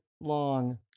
long